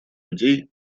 людей